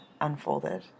unfolded